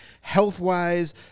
health-wise